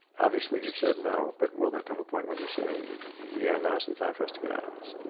obviously, you've said no, but will there come a point when you say, yeah, now's the time for us to get out of this'? and